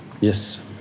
Yes